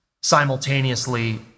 simultaneously